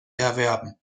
erwerben